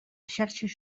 xarxes